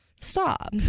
Stop